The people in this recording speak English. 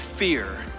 fear